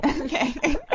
Okay